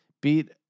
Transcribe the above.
beat